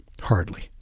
Hardly